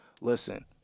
Listen